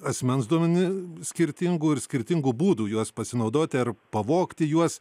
asmens duomenis skirtingų ir skirtingų būdų juos pasinaudoti ar pavogti juos